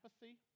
apathy